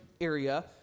area